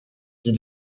dit